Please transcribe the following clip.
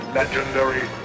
legendary